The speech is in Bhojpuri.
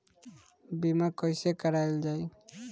बीमा कैसे कराएल जाइ?